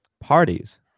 parties